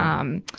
um,